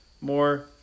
more